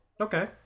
Okay